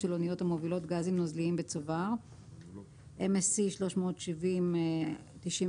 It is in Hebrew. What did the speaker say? של אניות המובילות גזים נוזליים בצובר (MSC.370 (93),